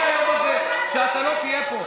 ויגיע היום הזה שבו אתה לא תהיה פה.